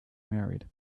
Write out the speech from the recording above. married